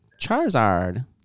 Charizard